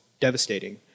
devastating